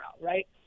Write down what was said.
right